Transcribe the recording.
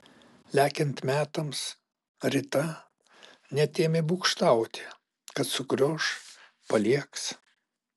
lekiant metams rita net ėmė būgštauti kad sukrioš paliegs